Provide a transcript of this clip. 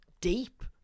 deep